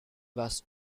was